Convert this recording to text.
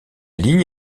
ligne